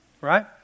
Right